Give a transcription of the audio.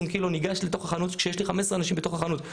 120 קילו ניגש לתוך החנות כשיש לי 15 אנשים בתוך החנות,